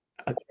okay